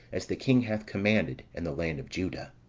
as the king hath commanded in the land of juda.